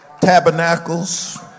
Tabernacles